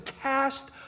cast